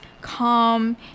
calm